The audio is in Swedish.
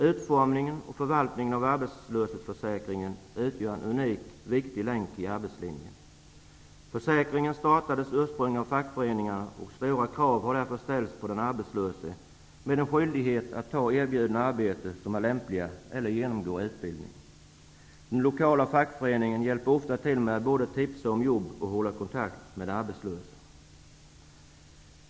Utformningen och förvaltningen av arbetslöshetsförsäkringen utgör en unikt viktig länk i arbetslinjen. Försäkringen startades ursprungligen av fackföreningarna, och stora krav har därför ställts på den arbetslöse, med en skyldighet att ta erbjudna arbeten som är lämpliga eller genomgå utbildning. Den lokala fackföreningen hjälper till med att både tipsa om jobb och hålla kontakt med de arbetslösa.